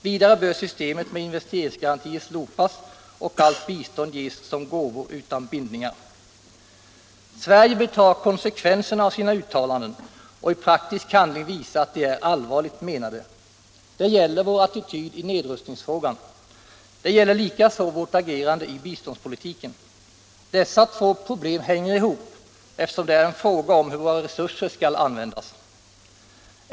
Vidare bör systemet med investeringsgarantier slopas och allt bistånd ges som gåvor utan bindningar. Sverige bör ta konsekvenserna av sina uttalanden och i praktisk handling visa att de är allvarligt menade. Det gäller vår attityd i nedrustningsfrågan. Det gäller likaså vårt agerande i biståndspolitiken. Dessa två problem hänger ihop, eftersom det är en fråga om hur våra resurser skall användas.